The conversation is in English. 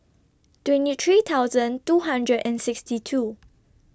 twenty three thousand two hundred and sixty two